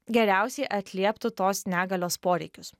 geriausiai atlieptų tos negalios poreikius